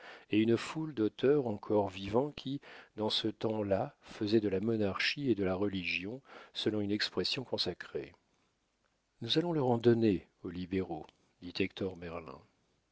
et une foule d'auteurs encore vivants qui dans ce temps-là faisaient de la monarchie et de la religion selon une expression consacrée nous allons leur en donner aux libéraux dit